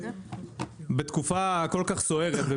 בתקופה כל כך סוערת,